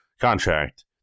contract